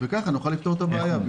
וכך נוכל לפתור את הבעיה.